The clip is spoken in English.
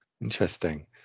Interesting